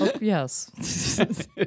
Yes